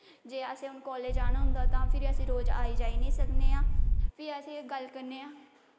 जे असें रोज़ कॉलेज़ जाना होऐ तां फिर अस रोज़ आई जाई निं सकदे आं ते अस एह् गल्ल करने आं